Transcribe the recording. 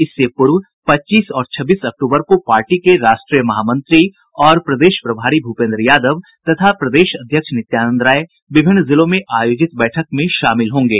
इससे पूर्व पच्चीस और छब्बीस अक्टूबर को पार्टी के राष्ट्रीय महामंत्री और प्रदेश प्रभारी भूपेंद्र यादव तथा प्रदेश अध्यक्ष नित्यानंद राय विभिन्न जिलों में आयोजित बैठक में शामिल होंगे